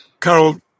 Carol